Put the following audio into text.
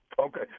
Okay